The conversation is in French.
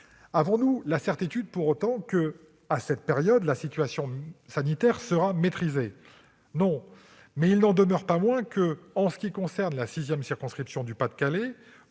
Avons-nous la certitude pour autant que, à cette période, la situation sanitaire sera maîtrisée ? Non. Mais il n'en demeure pas moins que, s'agissant de la sixième circonscription du Pas-de-Calais,